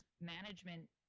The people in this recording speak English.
management